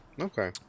Okay